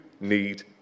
need